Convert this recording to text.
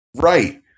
right